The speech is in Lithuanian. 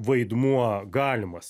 vaidmuo galimas